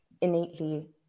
innately